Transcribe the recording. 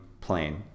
plane